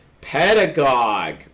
pedagogue